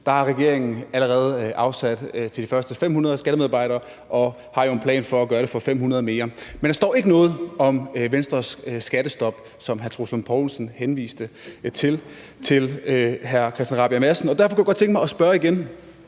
Der har regeringen allerede afsat midler til de første 500 skattemedarbejdere og har jo en plan for at gøre det for 500 mere. Men der står ikke noget om Venstres skattestop, som hr. Troels Lund Poulsen henviste til over for hr. Christian Rabjerg Madsen. Derfor kunne jeg godt tænke mig at spørge igen,